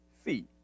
feet